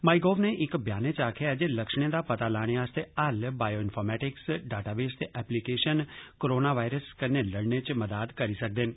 माई गोव नै इक ब्यानै च आक्खेआ ऐ जे लक्षणे दा पता लाने आस्तै हल बायो इन्फोर्मैटिक्स डेटाबेस ते एप्लिकेशन करोना वायरस कन्नै लड़ने च मदाद करी सकदे न